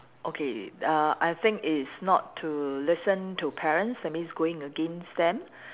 okay uh I think it is not to listen to parents that means going against them